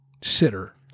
sitter